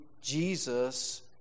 Jesus